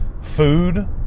food